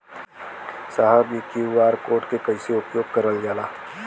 साहब इ QR code के कइसे उपयोग करल जाला?